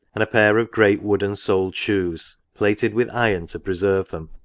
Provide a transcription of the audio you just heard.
and a pair of great wooden soled shoes, plated with iron to preserve them,